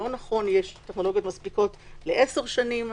הממונה על יישומים ביומטריים אמר שיש טכנולוגיות מספיקות לעשר שנים.